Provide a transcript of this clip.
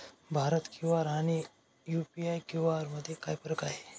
Bharat QR आणि UPI QR मध्ये काय फरक आहे?